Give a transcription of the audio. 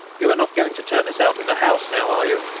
you are not going to turn us out of the house now, are you?